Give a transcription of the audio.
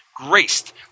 graced